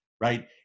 right